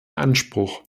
anspruch